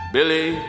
Billy